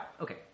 Okay